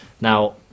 Now